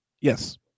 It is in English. Yes